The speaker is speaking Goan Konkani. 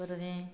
परतें